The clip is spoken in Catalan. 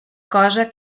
cosa